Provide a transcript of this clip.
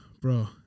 bro